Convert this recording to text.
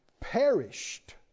perished